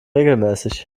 regelmäßig